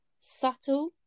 subtle